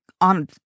on